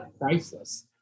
priceless